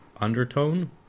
undertone